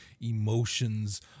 emotions